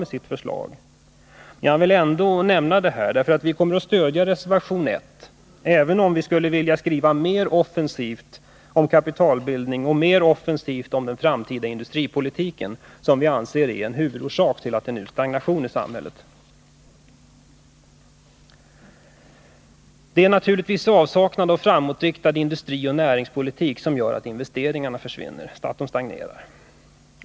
Nr 51 Men jag vill ändå nämna det, eftersom vi kommer att stödja reservation 1, även om vi skulle vilja skriva mer offensivt om kapitalbildning och om den framtida industripolitiken. Vi anser nämligen att den nuvarande kapitalbildningen och industripolitiken är huvudorsakerna till att det är stagnation i samhället. Det är naturligtvis avsaknaden av en framåtriktad industrioch näringspolitik som gör att investeringarna stagnerar.